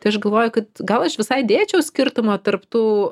tai aš galvoju kad gal aš visai dėčiau skirtumą tarp tų